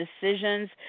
decisions